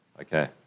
Okay